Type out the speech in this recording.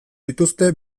dituzte